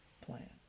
plan